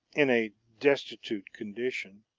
in a destitute condition.